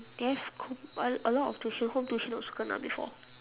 a a lot of tuition home tuition also kena before